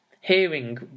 hearing